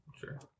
Sure